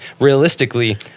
realistically